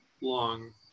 long